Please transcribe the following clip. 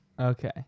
Okay